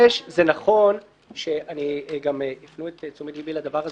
גם הפנו את תשומת ליבי לדבר הזה,